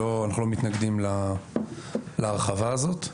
אנחנו לא מתנגדים להרחבה הזאת.